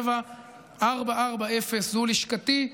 02-5317440. זו לשכתי,